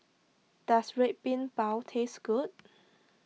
does Red Bean Bao taste good